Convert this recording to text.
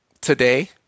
today